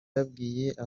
yabwira